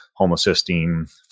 homocysteine